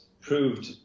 proved